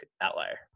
outlier